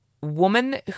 woman